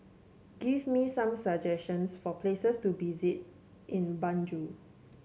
give me some suggestions for places to visit in Banjul